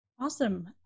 Awesome